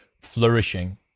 flourishing